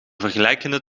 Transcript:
vergelijkende